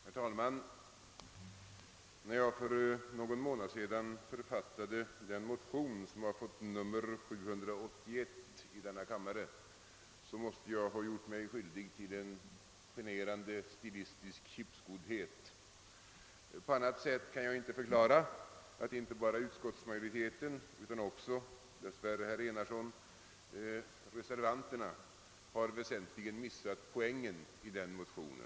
Herr talman! När jag för någon månad sedan författade den motion, som i denna kammare erhållit nr 781, måste jag ha gjort mig skyldig till en generande stilistisk kippskoddhet. På annat sätt kan jag inte förklara att inte bara utskottsmajoriteten utan dessvärre även herr Enarsson och övriga reservanter väsentligen missat poängen i min motion.